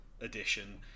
edition